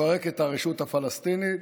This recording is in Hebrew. לפרק את הרשות הפלסטינית